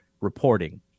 reporting